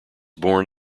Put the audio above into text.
born